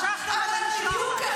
זה לא, אני מבקש, שתצעק כמה שהיא רוצה.